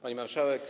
Pani Marszałek!